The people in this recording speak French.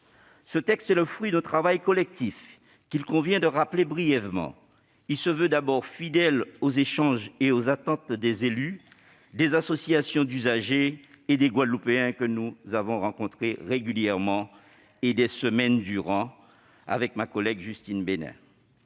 Ce texte est le fruit d'un travail collectif qu'il convient de rappeler brièvement. Il se veut d'abord fidèle aux échanges et aux attentes des élus, des associations d'usagers et des Guadeloupéens, que nous avons rencontrés régulièrement, et des semaines durant, avec ma collègue Justine Benin.